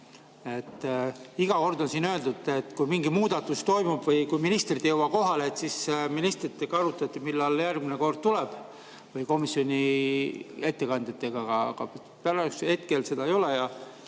Iga kord on siin öeldud, et kui mingi muudatus toimub või kui ministrid ei jõua kohale, siis ministritega arutati, millal nad järgmine kord tulevad, või komisjoni ettekandjatega. Aga praegusel hetkel seda ei ole